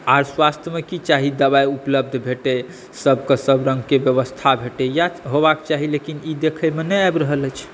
आर स्वास्थ्यमे की चाही दबाइ उपलब्ध भेटय सभके सभ रङ्गके व्यवस्था भेटय इएह सभ होयबाक चाही लेकिन ई देख़यमे नहि आबि रहल अछि